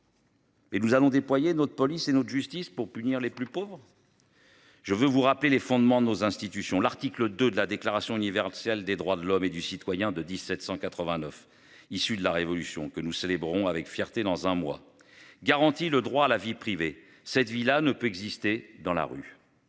Et nous allons déployer notre police et notre justice pour punir les plus pauvres. Je veux vous rappeler les fondements de nos institutions. L'article 2 de la déclaration universelle des droits de l'homme et du Citoyen de 1789, issu de la révolution que nous célébrons avec fierté dans un mois garantit le droit à la vie privée. Cette villa ne peut exister dans la rue.